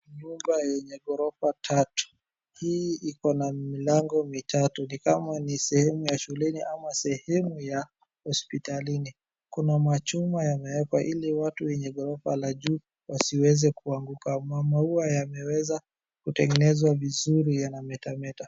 Nyumba yenye gorofa tatu, Hii iko na milango mitatu ni kama ni sehemu ya shuleni ama sehemu ya hospitalini, Kuna machuma yamewekwa hili watu wenye gorafa la juu wasiweze kuanguka, Na maua yameweza kutegenezwa vizuri yanametameta.